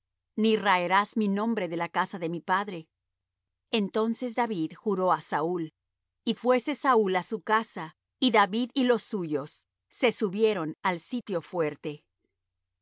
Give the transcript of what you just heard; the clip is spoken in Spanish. ni raerás mi nombre de la casa de mi padre entonces david juró á saúl y fuése saúl á su casa y david y los suyos se subieron al sitio fuerte